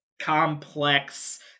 complex